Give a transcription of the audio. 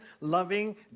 loving